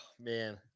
man